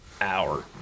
hour